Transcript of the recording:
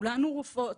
כולנו רופאות,